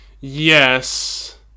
Yes